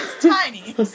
tiny